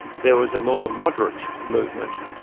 there was a more moderate movement.